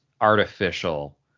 artificial